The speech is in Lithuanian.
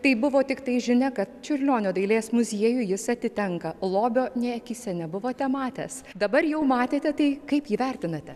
tai buvo tiktai žinia kad čiurlionio dailės muziejui jis atitenka lobio nė akyse nebuvote matęs dabar jau matėte tai kaip jį vertinate